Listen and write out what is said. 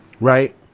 right